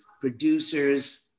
producers